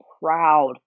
proud